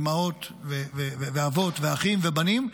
אימהות ואבות ואחים ובנים,